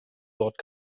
dort